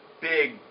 big